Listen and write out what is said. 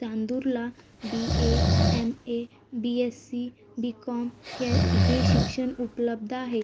चांदूरला B A M A B S C B com हे हे शिक्षण उपलब्ध आहे